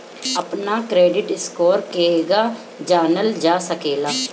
अपना credit score केगा जानल जा सकेला?